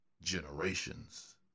generations